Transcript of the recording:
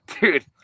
Dude